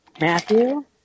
Matthew